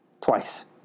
twice